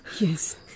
Yes